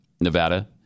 Nevada